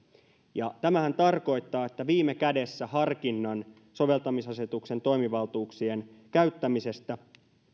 tämähän tarkoittaa että viime kädessä harkinnan soveltamisasetuksen toimivaltuuksien käyttämisestä